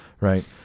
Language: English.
Right